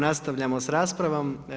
Nastavljamo sa raspravom.